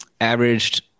averaged